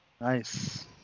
nice